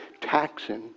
taxing